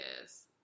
yes